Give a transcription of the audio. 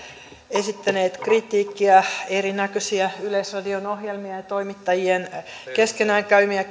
esittäneet kritiikkiä erinäköisiä yleisradion ohjelmia ja toimittajien keskenään käymiä